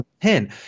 pin